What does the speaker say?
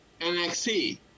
NXT